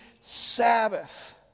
Sabbath